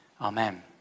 amen